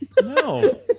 No